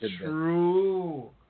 True